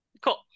Cool